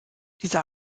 dieser